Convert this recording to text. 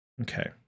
Okay